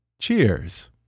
Cheers